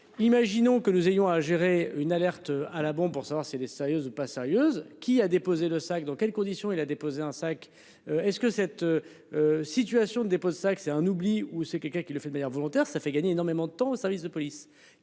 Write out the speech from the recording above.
Imaginons que nous ayons à gérer une alerte à la bombe pour savoir si elle est sérieuse pas sérieuse qui a déposé le sac, dans quelles conditions il a déposé un sac. Est ce que cette. Situation ne dépose ça c'est un oubli ou c'est quelqu'un qui le fait de manière volontaire. Ça fait gagner énormément de temps au service de police